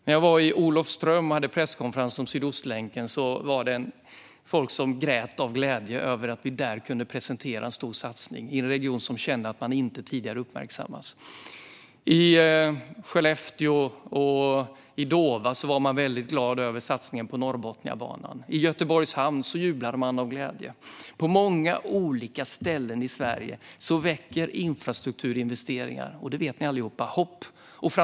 När jag var i Olofström och hade presskonferens om Sydostlänken var det folk som grät av glädje över att vi där kunde presentera en stor satsning i en region som kände att man inte tidigare uppmärksammats. I Skellefteå och i Dåva var man väldigt glad över satsningen på Norrbotniabanan. I Göteborgs hamn jublade man av glädje. På många olika ställen i Sverige väcker infrastrukturinvesteringar hopp och framtidstro - detta vet ni allihop.